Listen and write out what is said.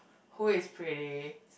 who is pretty